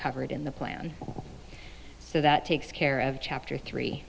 covered in the plan so that takes care of chapter three